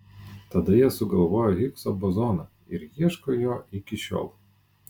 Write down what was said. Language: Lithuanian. tada jie sugalvojo higso bozoną ir ieško jo iki šiol